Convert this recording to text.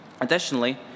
Additionally